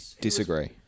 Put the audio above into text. disagree